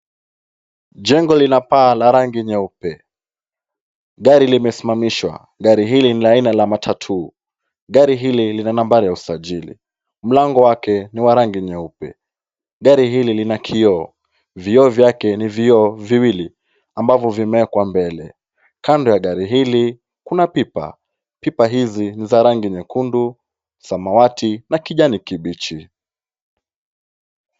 Jengo lina paa la rangi nyeupe. gari limesimamishwa. Gari hili ni la ina ya matatu. Gari hili lina nambari ya usajili. Mlango wake ni wa rangi nyeupe. Gari hili lina kioo. Vioo vyake ni vioo viwili amabavyo vimewekwa mbele. Kando ya gari hili kuna pipa. Pipa hizi ni za rangi nyekundu, samawati na kijani kibichi.